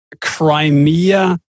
Crimea